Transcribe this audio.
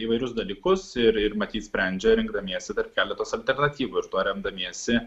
įvairius dalykus ir ir matyt sprendžia rinkdamiesi tarp keletos alternatyvų ir tuo remdamiesi